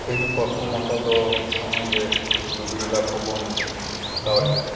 ᱛᱮᱦᱮᱧ ᱯᱨᱚᱛᱷᱚᱢᱚᱛᱚ ᱫᱚ ᱱᱚᱜᱼᱚᱭ ᱡᱮ ᱞᱩᱜᱽᱲᱤᱡ ᱞᱟᱯᱚᱜ ᱵᱚᱱ ᱦᱟᱛᱟᱣᱮᱫᱼᱟ